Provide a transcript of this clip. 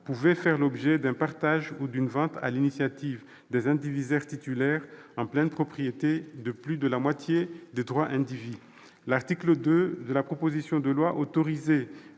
pouvaient faire l'objet d'un partage ou d'une vente sur l'initiative des indivisaires titulaires en pleine propriété de plus de la moitié des droits indivis. L'article 2 avait pour objet d'autoriser